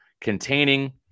containing